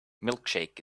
milkshake